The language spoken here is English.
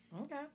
Okay